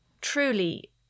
truly